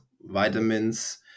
vitamins